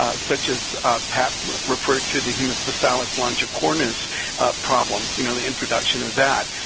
such as pat referred to the haemaphysalis longicornis problem, you know, the introduction of that.